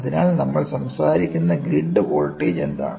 അതിനാൽ നമ്മൾ സംസാരിക്കുന്ന ഗ്രിഡ് വോൾട്ടേജ് എന്താണ്